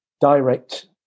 direct